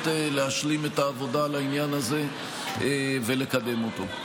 להשלים את העבודה על העניין הזה ולקדם אותו.